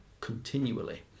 continually